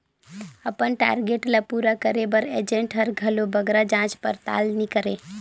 अपन टारगेट ल पूरा करे बर एजेंट हर घलो बगरा जाँच परताल नी करे